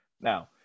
Now